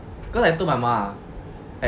cause I told mama